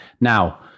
Now